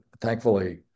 thankfully